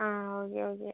ആ okay okay